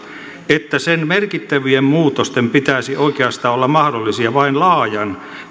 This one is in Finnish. että sen merkittävien muutosten pitäisi oikeastaan olla mahdollisia vain laajan